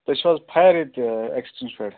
تُہۍ چھُو حظ فایِر پٮ۪ٹھ